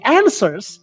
answers